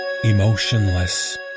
emotionless